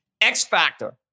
X-Factor